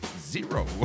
Zero